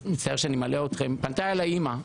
אני מצטער שאני מלאה אתכם: פנתה אלי אמא,